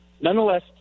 Nonetheless